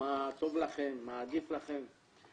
מה טוב לכן, מה עדיף לכן.